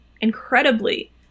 incredibly